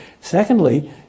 Secondly